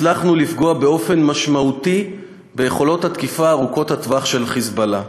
הצלחנו לפגוע באופן משמעותי ביכולות התקיפה ארוכות הטווח של "חיזבאללה".